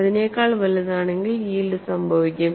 അതിനേക്കാൾ വലുതാണെങ്കിൽ യീൽഡ് സംഭവിക്കും